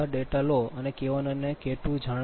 45 Pmax0